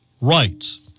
rights